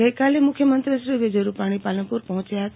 ગઈકાલે મુખ્યમંત્રી વિજય રૂપાછી પાલનપુર પહોંચ્યા હતા